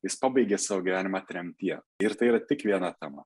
jis pabaigė savo gyvenimą tremtyje ir tai yra tik viena tema